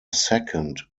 second